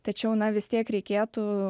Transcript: tačiau na vis tiek reikėtų